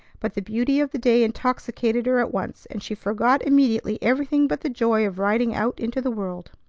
but the beauty of the day intoxicated her at once, and she forgot immediately everything but the joy of riding out into the world.